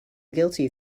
guilty